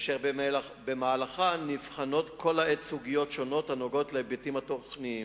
אשר במהלכה נבחנות כל העת סוגיות שונות הנוגעות להיבטים התוכניים,